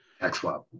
Excellent